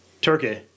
Turkey